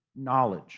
Knowledge